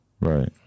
Right